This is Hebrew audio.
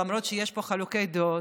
למרות שיש פה חילוקי דעות.